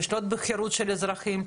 לשלוט בחירות של אזרחים,